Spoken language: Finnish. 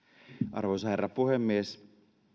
arvoisa herra puhemies